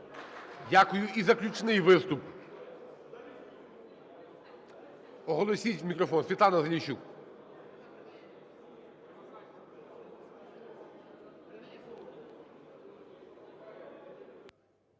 Дякую. І заключний виступ. Оголосіть в мікрофон. Світлана Заліщук.